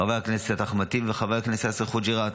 חבר הכנסת אחמד טיבי וחבר הכנסת יאסר חוג'יראת,